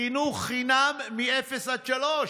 חינוך חינם מגיל אפס עד שלוש,